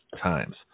times